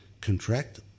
contract